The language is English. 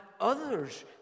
others